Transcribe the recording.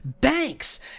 banks